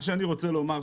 מה שאני רוצה לומר,